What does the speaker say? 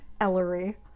Ellery